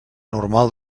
normal